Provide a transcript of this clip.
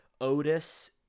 Otis